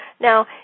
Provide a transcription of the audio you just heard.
Now